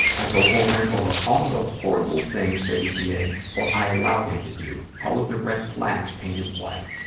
i go over and over all of the horrible things that he did or i allowed him to do, all of the red flags painted white.